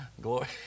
Glory